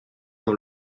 dans